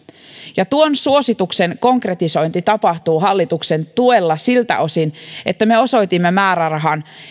ja tuon suosituksen konkretisointi tapahtuu hallituksen tuella siltä osin että me osoitimme määrärahan